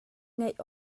ngeih